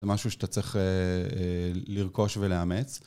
זה משהו שאתה צריך לרכוש ולאמץ.